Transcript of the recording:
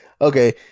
Okay